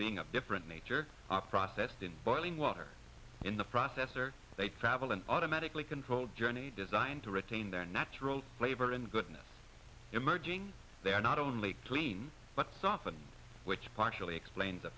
being of different nature are processed in boiling water in the process or they travel in automatically controlled journey designed to retain their natural flavor and goodness emerging they are not only clean but soften which partially explains